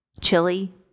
Chili